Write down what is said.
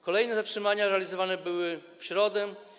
Kolejne zatrzymania realizowane były w środę.